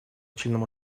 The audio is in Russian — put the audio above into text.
членам